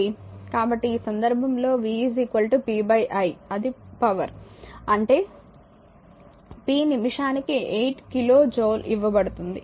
కాబట్టి ఈ సందర్భంలో v p i అది పవర్ అంటే p నిమిషానికి 8 కిలో జూల్ ఇవ్వబడుతుంది